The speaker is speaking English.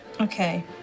Okay